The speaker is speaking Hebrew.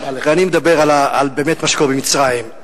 ואני מדבר באמת על מה שקורה במצרים.